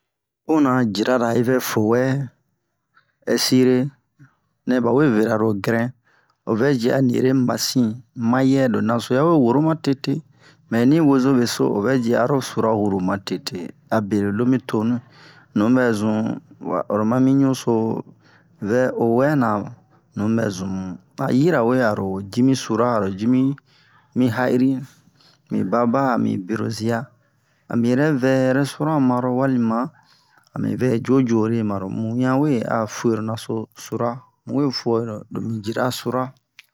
Puna jira ra yi vɛ fowɛ ɛsire nɛ ba we vera lo grin o vɛ ji a ni ere mi ba sin mayɛ lo naso yawe woro ma tete mɛ ni wozome so o vɛ ji aro sura huru ma tete abe lo lomi tonu nu bɛ zun wa oro ma mi ɲuso vɛ o wɛna nu bɛ zun mu a yirawe aro ji mi sura aro ji mi ha'iri mi baba ami bero ziya ami yɛrɛ vɛ rɛstoran maro walima ami vɛ jo jore maro mu wian we a fuwe lo naso sura mu we fuwe ro lo mi jira sura